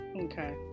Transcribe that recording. okay